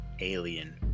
alien